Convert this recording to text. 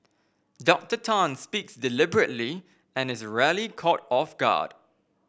Doctor Tan speaks deliberately and is rarely caught off guard